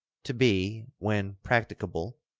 to be, when practicable,